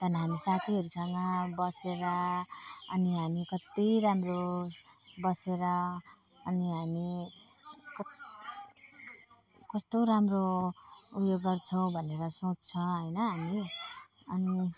त्यहाँदेखि हामी साथीहरूसँग बसेर अनि हामी कति राम्रो बसेर अनि हामी कति कस्तो राम्रो उयो गर्छौँ भनेर सोच्छौँ होइन हामीले अनि